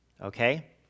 Okay